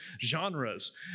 genres